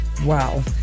Wow